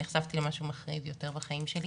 שנחשפתי למשהו מחריד יותר בחיים שלי